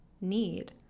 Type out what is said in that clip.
need